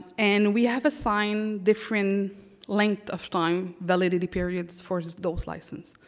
and we have assigned different length of time, validity periods for those licenses.